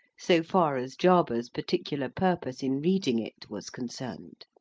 so far as jarber's particular purpose in reading it was concerned.